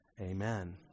Amen